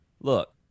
look